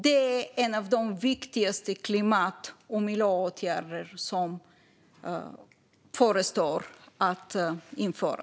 Det är en av de viktigaste klimat och miljöåtgärder som vi kan införa.